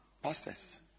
Pastors